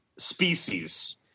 Species